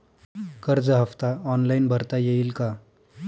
कर्ज हफ्ता ऑनलाईन भरता येईल का?